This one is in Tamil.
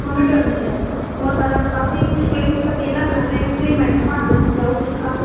கொண்டுகிட்டு வந்துவிட்டேன் உங்களுக்கு அதோட கவரேஜி க்ளைம்ஸ் பற்றி எல்லாம் நல்ல எக்ஸ்பிளைன் பண்ணட்டுமா அது ஏதுவும் டவுட் இருக்கா